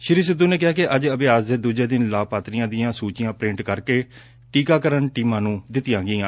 ਸ੍ਰੀ ਸਿੱਧੂ ਨੇ ਕਿਹਾ ਕਿ ਅੱਜ ਅਭਿਆਸ ਦੇ ਦੂਜੇ ਦਿਨ ਲਾਭਪਾਤਰੀਆਂ ਦੀਆਂ ਸੂਚੀਆਂ ਪ੍ਰਿੰਟ ਕਰਕੇ ਟੀਕਾਕਰਨ ਟੀਮਾਂ ਨੂੰ ਦਿੱਤੀਆਂ ਗਈਆਂ